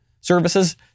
services